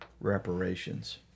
reparations